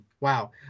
wow